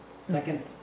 Second